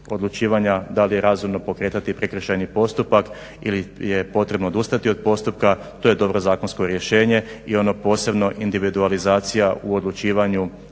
odlučivanja da li je razumno pokretati prekršajni postupak ili je potrebno odustati od postupka, to je dobro zakonsko rješenje i ono posebno individualizacija u odlučivanju